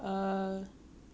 bleach blonde